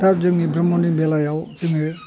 दा जोंनि धर्मनि बेलायाव जोङो